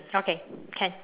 okay can